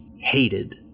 hated